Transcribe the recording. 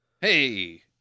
hey